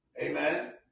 Amen